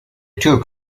took